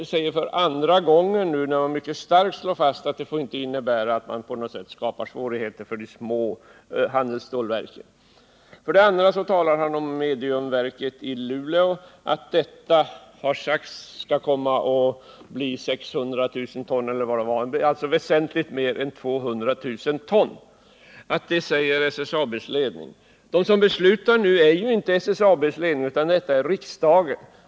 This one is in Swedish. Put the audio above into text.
Jag upprepar för andra gången att utskottet säger att detta inte får innebära att man skapar svårigheter för de små handelsstålverken. Vidare påstår Gillis Augustsson att SSAB:s ledning har sagt att mediumvalsverket i Luleå skall ha en produktion på, om jag uppfattade det rätt, 600 000 ton — den produktionsvolym som nämndes låg väsentligt över 200 000 ton. Men de som beslutar nu är ju inte företrädarna för SSAB:s ledning, utan det är ledamöterna av riksdagen.